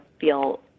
feel